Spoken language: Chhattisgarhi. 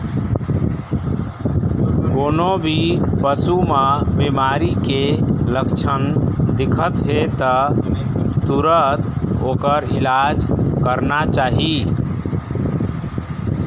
कोनो भी पशु म बिमारी के लक्छन दिखत हे त तुरत ओखर इलाज करना चाही